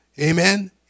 Amen